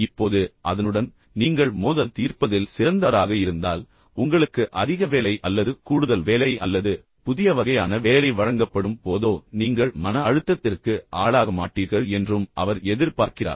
இப்போது அதனுடன் நீங்கள் மோதல் தீர்ப்பதில் சிறந்தவராக இருந்தால் உங்களுக்கு அதிக வேலை அல்லது கூடுதல் வேலை வழங்கப்படும் போதோ அல்லது உங்களுக்கு புதிய வகையான வேலை வழங்கப்படும் போதோ நீங்கள் மன அழுத்தத்திற்கு ஆளாக மாட்டீர்கள் என்றும் அவர் எதிர்பார்க்கிறார்